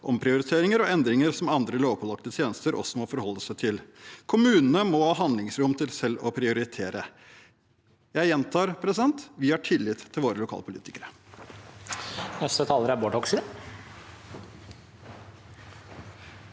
omprioriteringer og endringer som andre lovpålagte tjenester også må forholde seg til. Kommunene må ha handlingsrom til selv å prioritere.» Jeg gjentar: Vi har tillit til våre lokalpolitikere. Presidenten